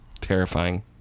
terrifying